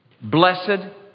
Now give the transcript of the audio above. blessed